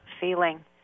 feeling